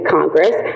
Congress